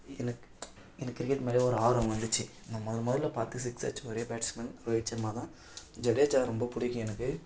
எனக்கு எனக்கு கிரிக்கெட் மேலேயே ஒரு ஆர்வம் வந்துச்சு நான் முதல் முதல்ல பத்து சிக்ஸ் அடிச்ச ஒரே பேட்ஸ்மேன் ரோகித்சர்மா தான் ஜடேஜா ரொம்ப பிடிக்கும் எனக்கு